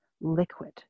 liquid